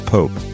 Pope